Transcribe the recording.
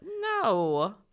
No